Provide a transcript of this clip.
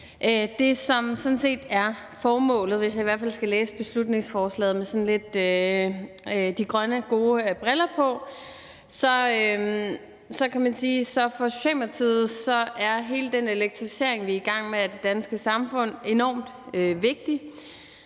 det, som sådan set er formålet, hvis jeg i hvert fald skal læse beslutningsforslaget med de grønne, gode briller på. Set fra Socialdemokratiets side er hele den elektrificering, vi er i gang med, af det danske samfund, enormt vigtig,